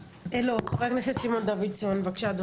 חבר הכנסת סימון דוידסון, בבקשה.